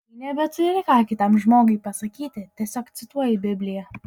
kai nebeturi ką kitam žmogui pasakyti tiesiog cituoji bibliją